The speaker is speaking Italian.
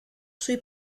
sui